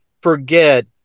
forget